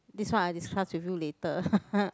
this one I discuss with you later